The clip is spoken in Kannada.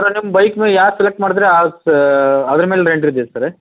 ಸರ್ ನಿಮ್ಮ ಬೈಕ್ನು ಯಾವ್ದು ಸೆಲೆಕ್ಟ್ ಮಾಡಿದಿರಿ ಆ ಅದ್ರ ಮೇಲೆ ರೆಂಟ್ ಇರ್ತೈತೆ ಸರ